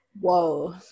whoa